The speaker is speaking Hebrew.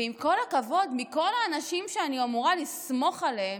ועם כל הכבוד, מכל האנשים שאני אמורה לסמוך עליהם,